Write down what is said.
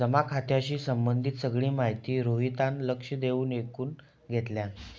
जमा खात्याशी संबंधित सगळी माहिती रोहितान लक्ष देऊन ऐकुन घेतल्यान